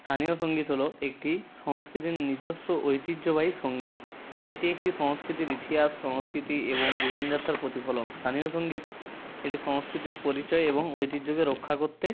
স্থানীয় সঙ্গীত হলো একটি সংস্কৃতির নিজস্ব ঐতিহ্যবাহী সঙ্গীত এটি একটি সংস্কৃতির ইতিহাস সংস্কৃতি এবং জীবনযাত্রার প্রতিফলন স্থানীয় সঙ্গীত একটি সংস্কৃতির পরিচয় এবং ঐতিহ্যকে রক্ষা করতে